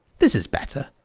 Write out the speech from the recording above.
this is better.